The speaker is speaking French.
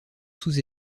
sous